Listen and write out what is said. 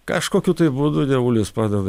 kažkokių tai būdų dievulis padeda